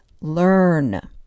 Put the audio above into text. learn